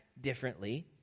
differently